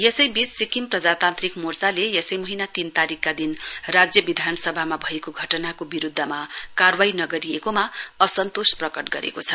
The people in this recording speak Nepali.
यसैबीच सिक्किम प्रजातान्त्रिक मोर्चाले यसै महीना तीन तारीकका दिन राज्य विधानसभामा भएको घटनाको विरूध्दमा कारवाई नगरिएकोमा असन्तोष प्रकट गरेको छ